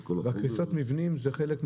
וקריסת מבנים זה חלק מהדברים.